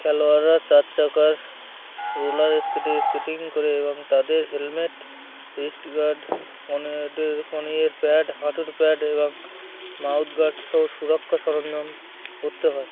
খেলোয়ড়রা চার চাকার রোলার স্কেটে স্কেটিং করে এবং তাদের হেলমেট রিস্ট গার্ড কণড কনুইয়ের প্যাড হাঁটুর প্যাড এবং মাউথগার্ড সব সুরক্ষা সরঞ্জাম করতে হয়